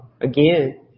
Again